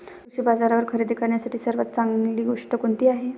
कृषी बाजारावर खरेदी करण्यासाठी सर्वात चांगली गोष्ट कोणती आहे?